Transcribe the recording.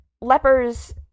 lepers